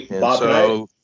Bob